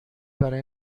برای